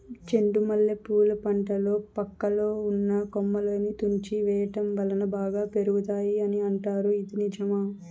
చెండు మల్లె పూల పంటలో పక్కలో ఉన్న కొమ్మలని తుంచి వేయటం వలన బాగా పెరుగుతాయి అని అంటారు ఇది నిజమా?